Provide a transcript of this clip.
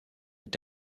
est